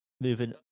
moving